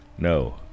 No